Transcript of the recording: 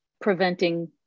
preventing